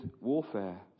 warfare